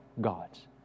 God's